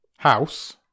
House